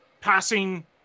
passing